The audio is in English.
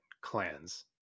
clans